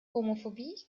homophobie